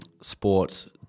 sports